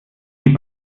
die